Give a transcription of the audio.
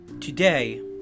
Today